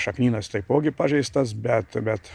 šaknynas taipogi pažeistas bet bet